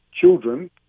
children